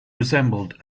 resembled